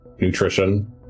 nutrition